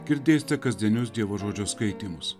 girdėsite kasdienius dievo žodžio skaitymus